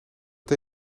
dit